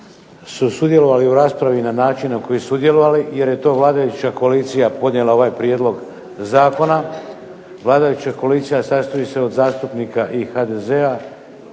su sudjelovali u raspravi na način na koji su sudjelovali jer je to vladajuća koalicija podnijela ovaj prijedlog zakona. Vladajuća koalicija sastoji se od zastupnika i HDZ-a,